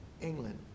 England